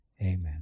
amen